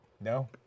No